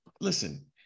listen